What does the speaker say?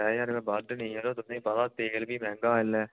त्रै ज्हार रपेया बद्द नी यरो तुसेंगी पता तेल बी मैहंगा इसलै